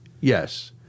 Yes